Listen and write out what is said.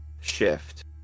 shift